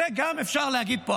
זה גם אפשר להגיד פה.